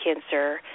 cancer